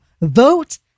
Vote